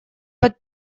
под